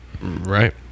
Right